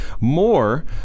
More